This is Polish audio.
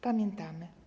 Pamiętamy.